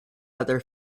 other